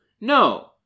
no